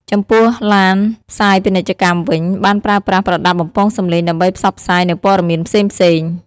ចំពោះឡានផ្សាយពាណិជ្ជកម្មវិញ បានប្រើប្រាស់ប្រដាប់បំពងសំឡេងដើម្បីផ្សព្វផ្សាយនូវព័ត៌មានផ្សេងៗ។